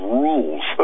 rules